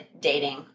dating